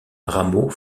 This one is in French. rameau